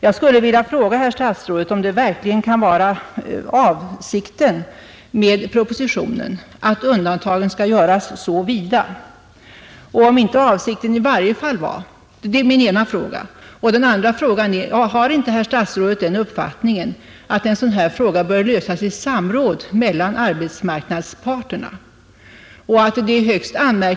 Då vill jag fråga statsrådet: Kan det verkligen vara avsikten med propositionen att undantagen skall göras så vida? Det var den ena frågan. Min andra fråga är: Har inte statsrådet den uppfattningen att en fråga av denna art bör lösas i samråd mellan arbetsmarknadsparterna?